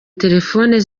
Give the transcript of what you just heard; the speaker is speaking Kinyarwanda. telefoni